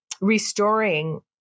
restoring